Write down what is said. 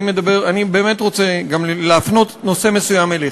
אני באמת רוצה גם להפנות נושא מסוים אליך.